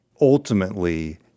ultimately